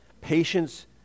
patience